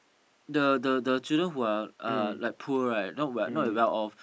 the the the children who are uh like poor right not but not as well off